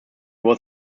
was